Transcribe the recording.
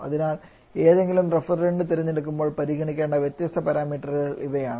അതിനാൽ ഏതെങ്കിലും റഫ്രിജറൻറ് തിരഞ്ഞെടുക്കുമ്പോൾ പരിഗണിക്കേണ്ട വ്യത്യസ്ത പാരാമീറ്ററുകൾ ഇവയാണ്